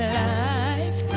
life